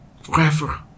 Forever